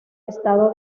estado